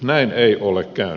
näin ei ole käynyt